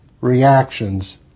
reactions